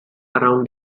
around